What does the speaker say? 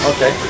Okay